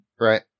Right